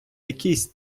якийсь